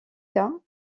cas